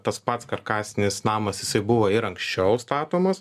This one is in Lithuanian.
tas pats karkasinis namas jisai buvo ir anksčiau statomas